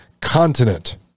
continent